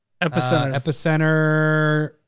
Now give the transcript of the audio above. Epicenter